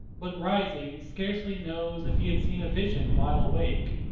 but rising, scarcely knows if he had seen a vision while awake,